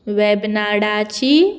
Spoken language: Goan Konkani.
वेबनाडाची